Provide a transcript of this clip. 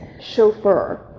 chauffeur